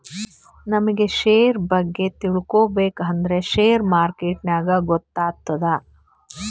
ನಮುಗ್ ಶೇರ್ ಬಗ್ಗೆ ತಿಳ್ಕೋಬೇಕ್ ಅಂದುರ್ ಶೇರ್ ಮಾರ್ಕೆಟ್ನಾಗೆ ಗೊತ್ತಾತ್ತುದ